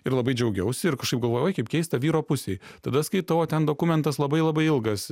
ir labai džiaugiausi ir kažkaip galvojau oi kaip keista vyro pusėj tada skaitau o ten dokumentas labai labai ilgas